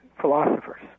philosophers